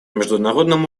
международном